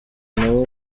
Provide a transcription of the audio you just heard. nabo